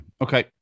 Okay